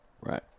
Right